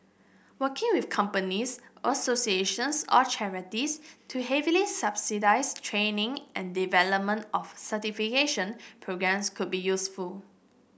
working with companies associations or charities to heavily subsidise training and development of certification programmes could be useful